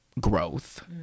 growth